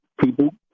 People